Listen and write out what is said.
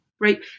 right